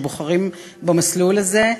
שבוחרים במסלול הזה.